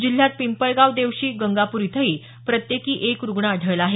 जिल्ह्यात पिंपळगाव देवशी गंगापूर इथंही प्रत्येकी एक रुग्ण आढळला आहे